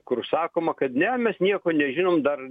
kur sakoma kad ne mes nieko nežinom dar